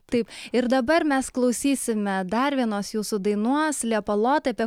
taip ir dabar mes klausysime dar vienos jūsų dainos liepalotai apie